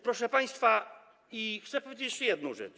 Proszę państwa, chcę powiedzieć jeszcze jedną rzecz.